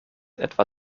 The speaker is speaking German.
etwa